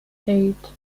eight